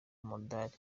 umudali